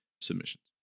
submissions